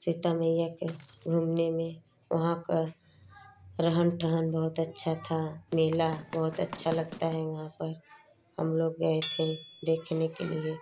सीता मैया के घूमने में वहाँ पर रहन ठहन बहुत अच्छा था मेला बहुत अच्छा लगता हैं वहाँ पर हम लोग गए थे देखने के लिए